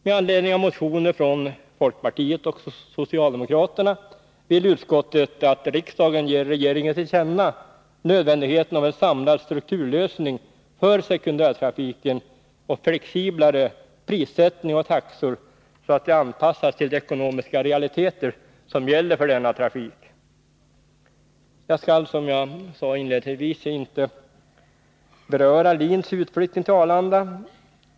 Med anledning av motioner från folkpartiet och socialdemokraterna vill utskottet att riksdagen ger regeringen till känna nödvändigheten av en samlad strukturlösning för sekundärtrafiken samt av flexiblare prissättning och taxor, så att dessa anpassas till de ekonomiska realiteter som gäller för denna trafik. Jag skall, som jag inledningsvis sade, inte beröra LIN:s utflyttning till Arlanda.